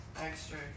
extra